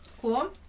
Cool